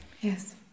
yes